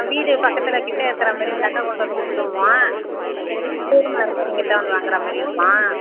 வீடு பக்கத்தில் கிட்ட இருக்கிற மாதிரி இருந்தாக்கா கொண்டாந்து கொடுத்துருவோம் தூரமாக இருந்தால் நீங்கள்தான் வந்து வாங்குகிற மாதிரி இருக்கும்